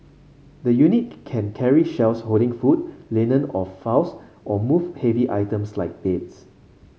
the unit can carry shelves holding food linen or files or move heavy items like beds